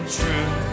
true